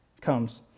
comes